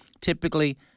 typically